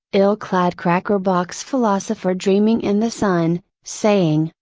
ill clad cracker box philosopher dreaming in the sun, saying,